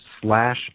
slash